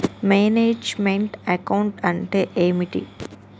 Manage meant account అంటే ఏమిటి?